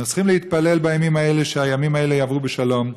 אנחנו צריכים להתפלל בימים האלה שהימים האלה יעברו בשלום,